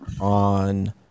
on